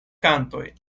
kantoj